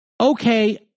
Okay